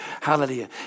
Hallelujah